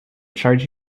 charge